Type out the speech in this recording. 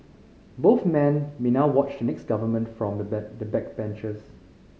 both men may now watch the next government from the bank the backbenches